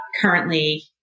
currently